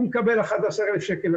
הוא מקבל 11,000 שקל,